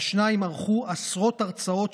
והשניים ערכו עשרות הרצאות,